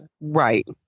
Right